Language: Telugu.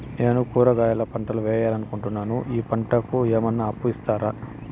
నేను కూరగాయల పంటలు వేయాలనుకుంటున్నాను, ఈ పంటలకు ఏమన్నా అప్పు ఇస్తారా?